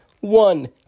One